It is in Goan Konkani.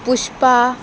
पुष्पा